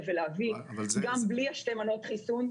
ולהביא אותם גם בלי שתי מנות חיסון,